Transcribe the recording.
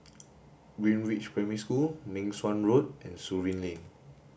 Greenridge Primary School Meng Suan Road and Surin Lane